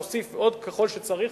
נוסיף עוד ככל שצריך,